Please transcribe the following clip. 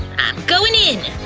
i'm goin' in!